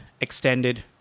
extended